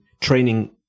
training